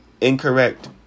incorrect